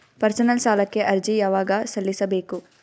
Personal ಸಾಲಕ್ಕೆ ಅರ್ಜಿ ಯವಾಗ ಸಲ್ಲಿಸಬೇಕು?